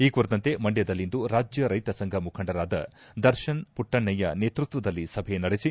ಈ ಕುರಿತಂತೆ ಮಂಡ್ಕದಲ್ಲಿಂದು ರಾಜ್ಯ ರೈತ ಸಂಘ ಮುಖಂಡರಾದ ದರ್ಶನ್ ಮಟ್ಟಣ್ಣಯ್ಕ ನೇತೃತ್ವದಲ್ಲಿ ಸಭೆ ನಡೆಸಿ